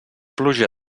pluja